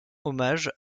hommage